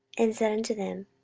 and said unto them,